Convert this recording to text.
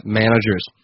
managers